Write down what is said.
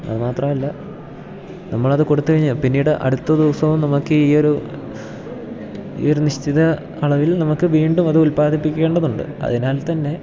അതു മാത്രമല്ല നമ്മളത് കൊടുത്തു കഴിഞ്ഞാൽ പിന്നീട് അടുത്ത ദിവസവും നമുക്ക് ഈ ഒരു ഈ ഒരു നിശ്ചിത അളവിൽ നമുക്ക് വീണ്ടും അത് ഉല്പാദിപ്പിക്കേണ്ടതുണ്ട് അതിനാൽ തന്നെ